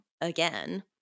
again